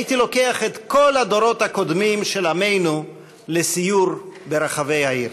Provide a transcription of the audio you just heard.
הייתי לוקח את כל הדורות הקודמים של עמנו לסיור ברחבי העיר.